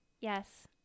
Yes